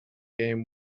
game